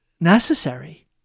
necessary